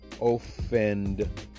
offend